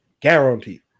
Guarantee